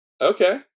Okay